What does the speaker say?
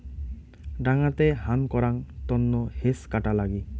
ডাঙাতে হান করাং তন্ন হেজ কাটা লাগি